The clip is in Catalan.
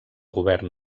govern